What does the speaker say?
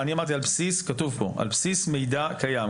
כתוב פה: "על בסיס מידע קיים",